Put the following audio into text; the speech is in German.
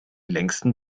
längsten